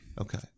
Okay